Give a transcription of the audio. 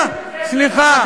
סליחה.